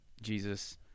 Jesus